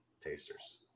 tasters